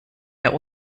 der